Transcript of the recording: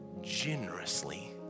generously